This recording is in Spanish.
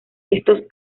estos